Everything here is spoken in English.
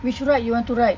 which ride you want to ride